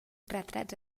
retrats